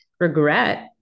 regret